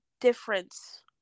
difference